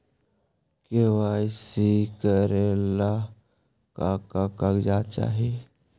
KYC करे ला का का कागजात चाही?